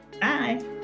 Bye